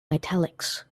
italics